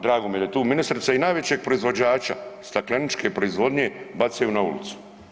Drago mi je da je tu i ministrica i najvećeg proizvođača stakleničke proizvodnje bacaju na ulicu.